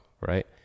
right